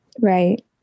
Right